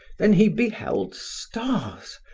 then he beheld stars.